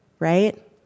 right